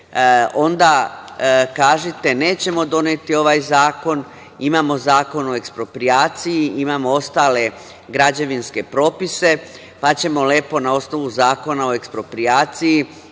onda kažite – nećemo doneti ovaj zakon, imamo Zakon o eksproprijaciji, imamo ostale građevinske propise, pa ćemo lepo na osnovu Zakona o eksproprijaciji